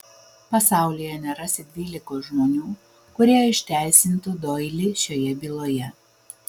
pasaulyje nerasi dvylikos žmonių kurie išteisintų doilį šioje byloje